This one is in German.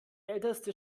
älteste